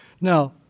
Now